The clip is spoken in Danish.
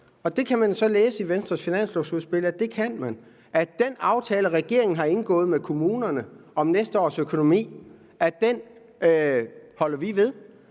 Det kan man så læse i Venstres finanslovsudspil at man kan. Den aftale, regeringen har indgået med kommunerne om næste års økonomi, holder vi fast